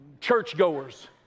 churchgoers